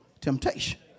temptation